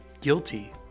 guilty